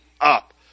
up